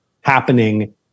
happening